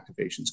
activations